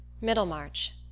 Middlemarch